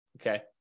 okay